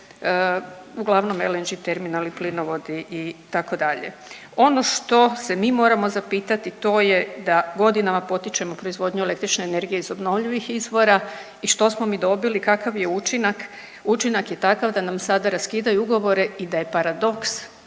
uglavnom LNG terminali, plinovodi itd. Ono što se mi moramo zapitati, to je da godinama potičemo proizvodnju električne energije iz obnovljivih izvora i što smo mi dobili, kakav je učinak? Učinak je takav da nam sada raskidaju ugovore i da je paradoks